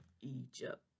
Egypt